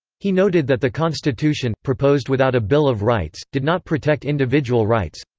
he noted that the constitution, proposed without a bill of rights, did not protect individual rights,